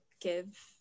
give